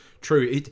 true